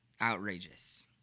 outrageous